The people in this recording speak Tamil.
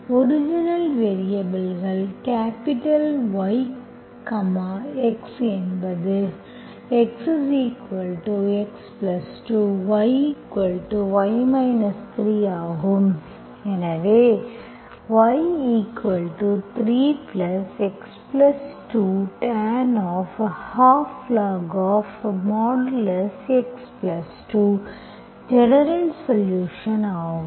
ஒரிஜினல் வேரியபல்கள் கேப்பிடல் Y X என்பதுXx2 Y Y 3 ஆகும் எனவே y3x2 tan 12log C x2 general solutions ஆகும்